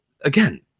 again